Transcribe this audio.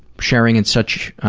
sharing in such